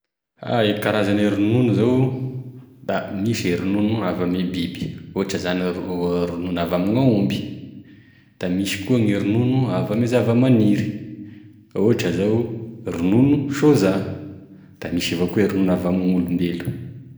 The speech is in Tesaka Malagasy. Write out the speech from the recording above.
A e karazan'e ronono zao da misy e ronono avy ame biby, ohatra zany rono- ronono avy ame gn'aomby ,da misy koa e ronono avy ame zavaminiry ohatra zao ronono sôza, da misy evao koa e ronono avy ame gn'olombelo.